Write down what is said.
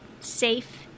safe